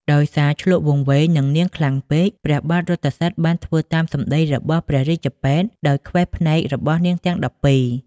ដោយសារឈ្លក់វង្វេងនឹងនាងខ្លាំងពេក ព្រះបាទរថសិទ្ធិបានធ្វើតាមសម្តីរបស់រាជពេទ្យ ដោយខ្វេះភ្នែករបស់នាងទាំង១២។